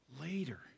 later